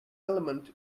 element